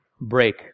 break